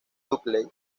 dudley